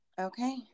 okay